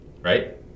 Right